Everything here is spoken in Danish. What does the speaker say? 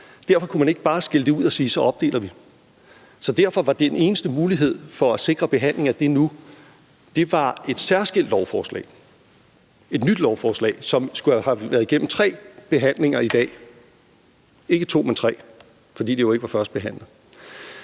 Derfor kunne man ikke bare skille det ud og sige, at så opdeler vi. Så derfor var den eneste mulighed for at sikre behandling af det nu et særskilt lovforslag, altså et nyt lovforslag, som skulle have været igennem tre behandlinger i dag – ikke to, men tre, fordi det jo ikke var førstebehandlet.